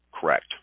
correct